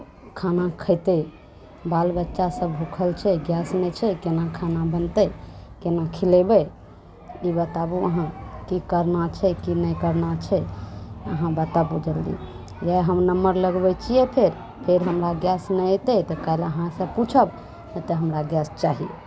खाना खयतै बाल बच्चासभ भूखल छै गैस नहि छै केना खाना बनतै केना खिलेबै ई बताबू अहाँ की करना छै की नहि करना छै अहाँ बताबू जलदी इएह हम नम्बर लगबै छियै फेर फेर हमरा गैस नहि एतै तऽ काल्हि अहाँसँ पूछब नहि तऽ हमरा गैस चाही